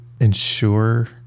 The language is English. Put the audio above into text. ensure